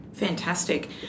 fantastic